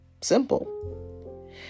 Simple